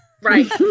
Right